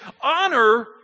honor